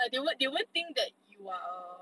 they won't they won't think that you are a